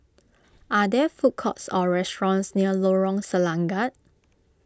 are there food courts or restaurants near Lorong Selangat